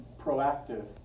proactive